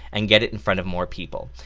and get it in front of more people,